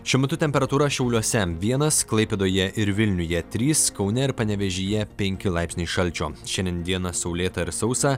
šiuo metu temperatūra šiauliuose vienas klaipėdoje ir vilniuje trys kaune ir panevėžyje penki laipsniai šalčio šiandien dieną saulėta ir sausa